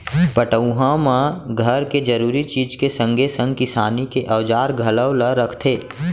पटउहाँ म घर के जरूरी चीज के संगे संग किसानी के औजार घलौ ल रखथे